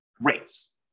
rates